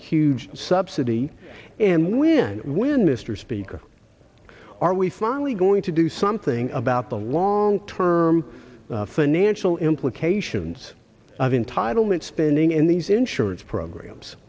huge subsidy and when when mr speaker are we finally going to do something about the long term financial implications of entitlement spending in these insurance